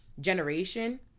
generation